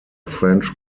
french